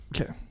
Okay